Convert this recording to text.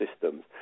systems